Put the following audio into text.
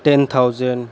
ten thousand